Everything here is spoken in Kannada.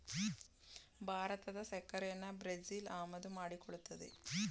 ಭಾರತದ ಸಕ್ಕರೆನಾ ಬ್ರೆಜಿಲ್ ಆಮದು ಮಾಡಿಕೊಳ್ಳುತ್ತದೆ